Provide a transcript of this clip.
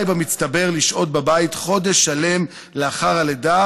במצטבר לשהות בבית חודש שלם לאחר הלידה,